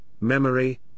memory